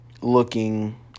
looking